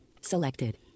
Selected